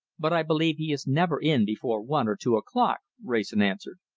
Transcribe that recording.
but i believe he is never in before one or two o'clock, wrayson answered.